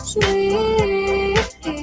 Sweet